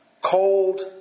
Cold